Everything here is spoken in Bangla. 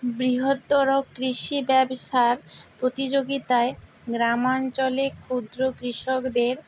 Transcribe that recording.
বৃহত্তর কৃষি ব্যবসার প্রতিযোগিতায় গ্রামাঞ্চলে ক্ষুদ্র কৃষকদের